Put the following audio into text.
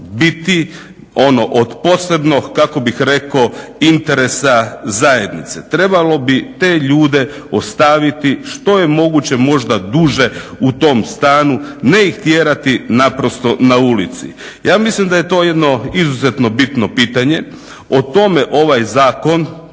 biti ono od posebnog kako bih rekao interesa zajednice, trebalo bi te ljude ostaviti što je moguće možda duže u tom stanu, ne ih tjerati na ulicu. Ja mislim da je to izuzetno bitno pitanje. O tome ovaj zakon